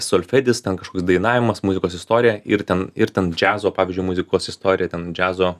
solfedis ten kažkoks dainavimas muzikos istorija ir ten ir ten džiazo pavyzdžiui muzikos istorija ten džiazo